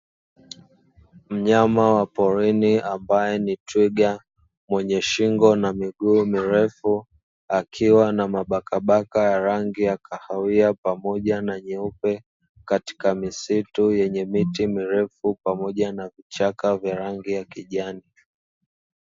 Mnyama wa porini ambaye ni twiga mwenye shingo na miguu mirefu akiwa na mabakabaka ya rangi ya kahawia pamoja na nyeupe, katika misitu yenye miti mirefu pamoja na vichaka vya rangi ya kijani.